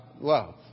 love